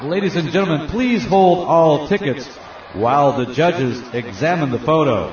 ladies and gentlemen please pull all tickets while the judges examine the photo